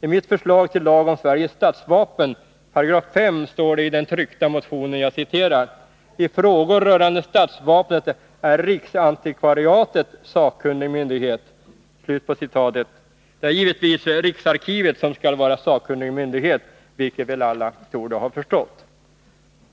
I mitt förslag till lag om Sveriges statsvapen står det i 5 § i den tryckta motionen: ”I frågor rörande statsvapnet är riksantikvariatet sakkunnig myndighet.” Det är givetvis riksarkivet som är sakkunnig myndighet, vilket väl alla torde ha förstått.